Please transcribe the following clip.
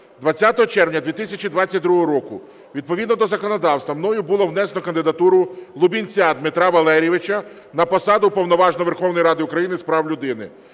20 червня 2022 року відповідно до законодавства мною було внесено кандидатуру Лубінця Дмитра Валерійовича на посаду Уповноваженого